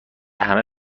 همه